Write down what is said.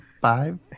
five